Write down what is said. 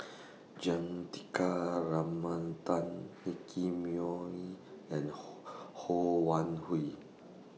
Juthika Ramanathan Nicky Moey and Ho Wan Hui